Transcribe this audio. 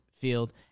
field